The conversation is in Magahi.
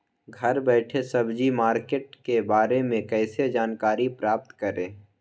घर बैठे सब्जी मार्केट के बारे में कैसे जानकारी प्राप्त करें?